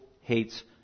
hates